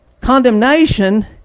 condemnation